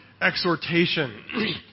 exhortation